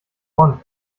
ohren